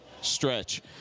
stretch